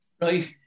right